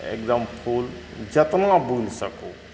एगदम फूल जतना बुलि सकू